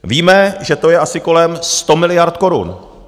Víme, že to je asi kolem 100 miliard korun.